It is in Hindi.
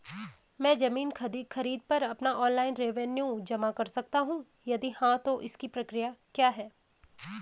मैं ज़मीन खरीद पर अपना ऑनलाइन रेवन्यू जमा कर सकता हूँ यदि हाँ तो इसकी प्रक्रिया क्या है?